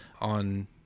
on